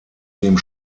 dem